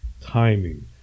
timing